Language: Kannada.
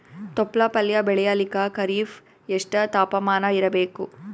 ತೊಪ್ಲ ಪಲ್ಯ ಬೆಳೆಯಲಿಕ ಖರೀಫ್ ಎಷ್ಟ ತಾಪಮಾನ ಇರಬೇಕು?